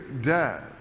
dead